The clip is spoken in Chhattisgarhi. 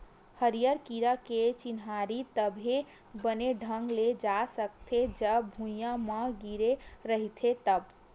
हरियर कीरा के चिन्हारी तभे बने ढंग ले जा सकथे, जब भूइयाँ म गिरे रइही तब